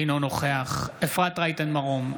אינו נוכח אפרת רייטן מרום,